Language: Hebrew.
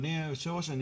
אדוני היושב ראש,